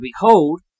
behold